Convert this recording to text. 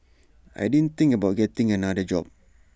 I didn't think about getting another job